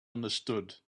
understood